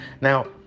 Now